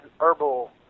herbal